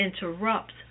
interrupt